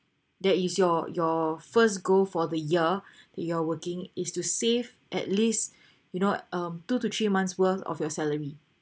that is your your first goal for the year that you are working is to save at least you know um two to three months worth of your salary